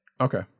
Okay